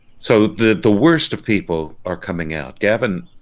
so the the worst of people are coming out gavin